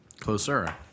Closer